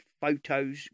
Photos